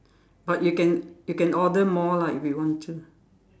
but you can you can order more lah if you want to